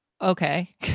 okay